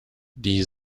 die